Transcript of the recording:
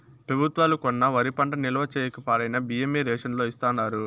పెబుత్వాలు కొన్న వరి పంట నిల్వ చేయక పాడైన బియ్యమే రేషన్ లో ఇస్తాండారు